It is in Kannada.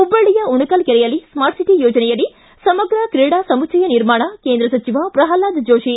ಹುಬ್ಲಳ್ಳಿಯ ಉಣಕಲ್ ಕೆರೆಯಲ್ಲಿ ಸ್ಮಾರ್ಟ್ ಸಿಟಿ ಯೋಜನೆಯಡಿ ಸಮಗ್ರ ಕ್ರೀಡಾ ಸಮುಚ್ಚಯ ನಿರ್ಮಾಣ ಕೇಂದ್ರ ಸಚಿವ ಪ್ರಲ್ವಾದ್ ಜೋಶಿ